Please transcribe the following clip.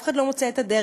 אף אחד לא מוצא את הדרך,